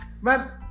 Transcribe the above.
Man